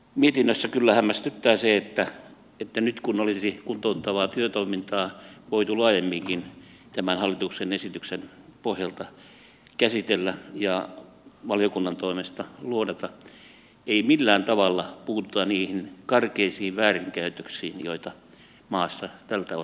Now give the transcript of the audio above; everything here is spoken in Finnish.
mietinnössä kyllä hämmästyttää se että nyt kun olisi kuntouttavaa työtoimintaa voitu laajemminkin tämän hallituksen esityksen pohjalta käsitellä ja valiokunnan toimesta luodata ei millään tavalla puututa niihin karkeisiin väärinkäytöksiin joita maassa tältä osin on